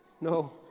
No